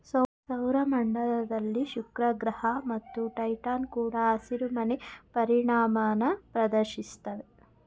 ಸೌರ ಮಂಡಲದಲ್ಲಿ ಶುಕ್ರಗ್ರಹ ಮತ್ತು ಟೈಟಾನ್ ಕೂಡ ಹಸಿರುಮನೆ ಪರಿಣಾಮನ ಪ್ರದರ್ಶಿಸ್ತವೆ